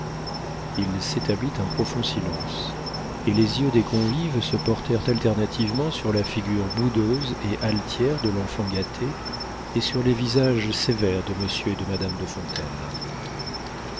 il s'établit un profond silence et les yeux des convives se portèrent alternativement sur la figure boudeuse et altière de l'enfant gâté et sur les visages sévères de monsieur et de madame de